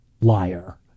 liar